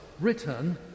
written